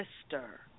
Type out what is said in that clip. sister